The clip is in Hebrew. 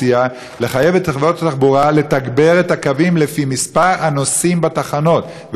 מציע לחייב את חברות התחבורה לתגבר את הקווים לפי מספר הנוסעים בתחנות,